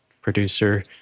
producer